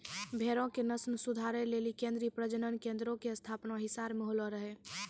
भेड़ो के नस्ल सुधारै लेली केन्द्रीय प्रजनन केन्द्रो के स्थापना हिसार मे होलो रहै